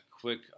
quick